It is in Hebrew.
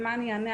על מה אני אענה,